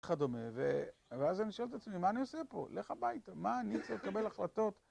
וכדומה, ואז אני שואל את עצמי, מה אני עושה פה? לך הביתה, מה אני צריך לקבל החלטות?